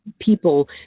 people